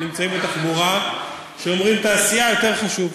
שנמצאים בתחבורה שאומרים: תעשייה יותר חשוב,